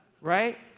Right